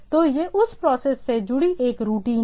तो यह उस प्रोसेस से जुड़ी एक रूटीन है